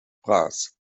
príncipe